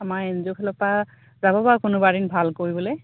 আমাৰ N G অ'ফালৰপৰা যাব বাৰু কোনোবা দিন ভাল কৰিবলৈ